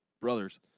brothers